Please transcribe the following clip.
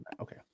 Okay